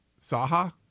Saha